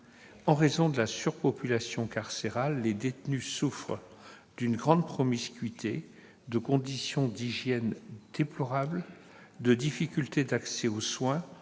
en raison de la surpopulation carcérale, les détenus souffrent d'une grande promiscuité, de conditions d'hygiène déplorables et de difficultés d'accès aux soins